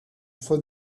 for